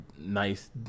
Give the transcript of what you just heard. nice